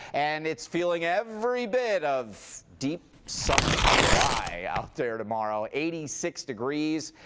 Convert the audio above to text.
and it's feeling every bit of deep summer, july out there tomorrow. eighty six degrees.